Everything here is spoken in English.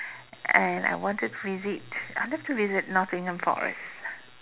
and I wanted to visit I love to visit Nottingham forest